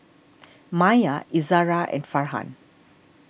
Maya Izzara and Farhan